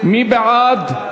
מי בעד?